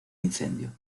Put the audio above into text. incendio